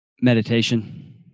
Meditation